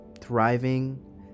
thriving